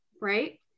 Right